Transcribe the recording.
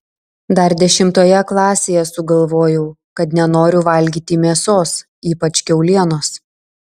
dar dešimtoje klasėje sugalvojau kad nenoriu valgyti mėsos ypač kiaulienos